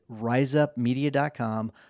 RiseUpMedia.com